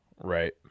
Right